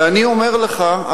ואני אומר לך,